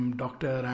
doctor